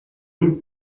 route